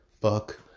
fuck